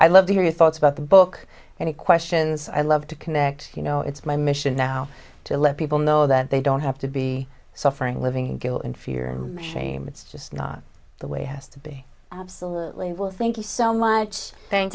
i love to hear your thoughts about the book and he questions i love to connect you know it's my mission now to let people know that they don't have to be suffering living in guilt and fear and shame it's just not the way has to be absolutely will thank you so much thank